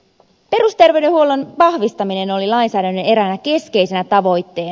perusterveydenhuollon vahvistaminen oli lainsäädännön eräänä keskeisenä tavoitteena